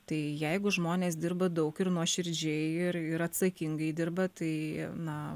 tai jeigu žmonės dirba daug ir nuoširdžiai ir ir atsakingai dirba tai na